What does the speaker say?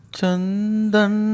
Chandan